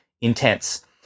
intense